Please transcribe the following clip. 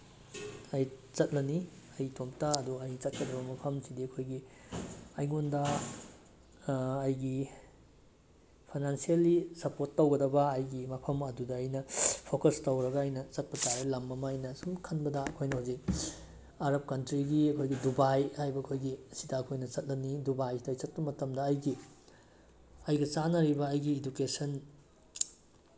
ꯑꯩ ꯆꯠꯂꯅꯤ ꯑꯩ ꯏꯇꯣꯝꯇ ꯑꯗꯨ ꯑꯩ ꯆꯠꯀꯗꯕ ꯃꯐꯝꯁꯤꯗꯤ ꯑꯩꯈꯣꯏꯒꯤ ꯑꯩꯉꯣꯟꯗ ꯑꯩꯒꯤ ꯐꯥꯏꯅꯥꯟꯁꯦꯜꯂꯤ ꯁꯄꯣꯔꯠ ꯇꯧꯒꯗꯕ ꯑꯩꯒꯤ ꯃꯐꯝ ꯑꯗꯨꯗ ꯑꯩꯅ ꯐꯣꯀꯁ ꯇꯧꯔꯒ ꯑꯩꯅ ꯆꯠꯄ ꯇꯥꯔꯦ ꯂꯝ ꯑꯃ ꯑꯩꯅ ꯁꯨꯝ ꯈꯟꯕꯗ ꯑꯩꯈꯣꯏ ꯍꯧꯖꯤꯛ ꯑꯥꯔꯕ ꯀꯟꯇ꯭ꯔꯤꯒꯤ ꯑꯩꯈꯣꯏꯒꯤ ꯗꯨꯕꯥꯏ ꯍꯥꯏꯕ ꯑꯩꯈꯣꯏꯒꯤ ꯑꯁꯤꯗ ꯑꯩꯈꯣꯏꯅ ꯆꯠꯂꯅꯤ ꯗꯨꯕꯥꯏꯗ ꯆꯠꯄ ꯃꯇꯝꯗ ꯑꯩꯒꯤ ꯑꯩꯅ ꯆꯥꯅꯔꯤꯕ ꯑꯩꯒꯤ ꯏꯗꯨꯀꯦꯁꯟ